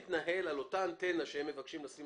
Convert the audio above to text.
עכשיו אתה אומר: אני מתנהל על אותה אנטנה שהם מבקשים לשים